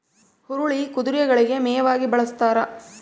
ಹುರುಳಿ ಕುದುರೆಗಳಿಗೆ ಮೇವಾಗಿ ಬಳಸ್ತಾರ